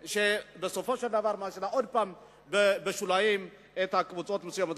שבסופו של דבר משאירה עוד פעם בשוליים קבוצות מסוימות.